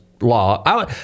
law